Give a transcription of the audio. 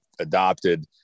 adopted